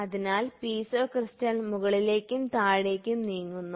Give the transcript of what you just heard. അതിനാൽ piezo crystal മുകളിലേക്കും താഴേക്കും നീങ്ങുന്നു